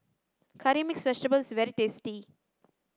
curry mixed vegetable is very tasty